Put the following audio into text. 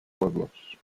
pueblos